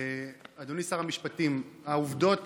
אדוני שר המשפטים, העובדות